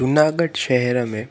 जूनागढ़ शहर में